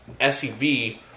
SUV